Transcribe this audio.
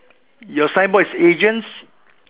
your signboard is agents